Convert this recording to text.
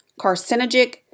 carcinogenic